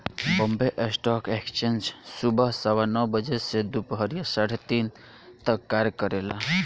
Bombay stock exchange सुबह सवा नौ बजे से दूपहरिया साढ़े तीन तक कार्य करेला